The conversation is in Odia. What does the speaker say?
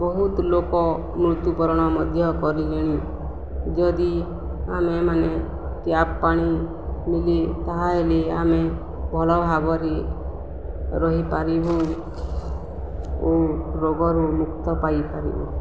ବହୁତ ଲୋକ ମୃତ୍ୟୁବରଣ ମଧ୍ୟ କରିଲେଣି ଯଦି ଆମେମାନେେ ଟ୍ୟାପ୍ ପାଣି ମିଲେ ତାହେଲେ ଆମେ ଭଲ ଭାବରେ ରହିପାରିବୁ ଓ ରୋଗରୁ ମୁକ୍ତ ପାଇପାରିବୁ